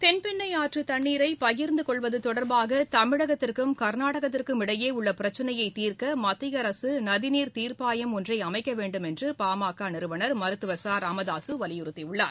தென்பெண்ணை ஆற்று தண்ணீரை பகிர்ந்துகொள்வது தொடர்பாக தமிழகத்திற்கும் கர்நாடகத்திற்கும் இடையே உள்ள பிரச்சினையை தீர்க்க மத்திய அரசு நதிநீர் தீர்ப்பாயம் ஒன்றை அமைக்க வேண்டும் என்று பாமக நிறுவனர் மருத்துவர் ச ராமதாசு வலியுறுத்தியுள்ளார்